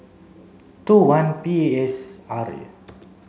two one P A S R